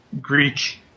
Greek